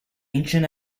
ancient